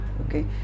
okay